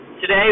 today